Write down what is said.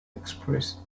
express